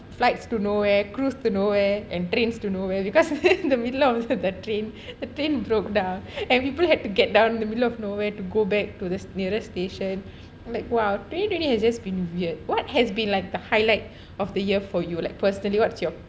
flights to nowhere crews to nowhere and trains to nowhere because the middle of the train the train broke down and people had to get down in the middle of nowhere to go back to the nearest station like !wow! twenty twenty has just been weird what has been like the highlight of the year for you like personally what's your